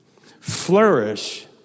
flourish